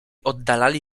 oddalali